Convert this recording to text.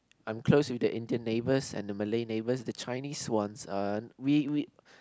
I am close with the Indian neighbours and the Malay neighbours the Chinese ones aren't we we